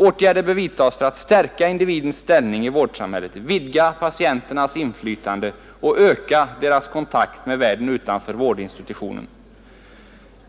Åtgärder bör vidtas för att stärka individens ställning i vårdsamhället, vidga patienternas inflytande och öka deras kontakt med världen utanför vårdinstitutionen.